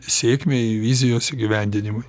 sėkmei vizijos įgyvendinimui